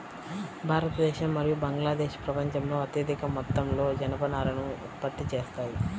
భారతదేశం మరియు బంగ్లాదేశ్ ప్రపంచంలో అత్యధిక మొత్తంలో జనపనారను ఉత్పత్తి చేస్తాయి